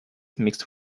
mixed